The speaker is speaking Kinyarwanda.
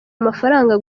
amafaranga